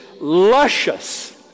luscious